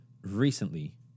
recently